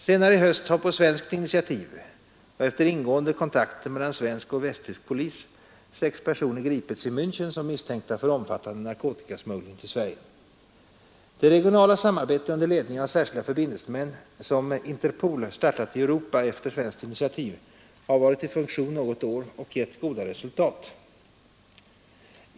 Senare i höst har på svenskt initiativ och efter ingående kontakter mellan svensk och västtysk polis sex personer gripits i Minchen misstänkta för omfattande narkotikasmuggling till Sverige. Det regionala .samarbete under ledning av särskilda förbindelsemän, som Interpol startat i Europa efter svenskt initiativ, har varit i funktion något år och gett goda resultat.